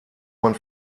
man